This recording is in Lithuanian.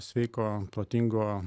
sveiko protingo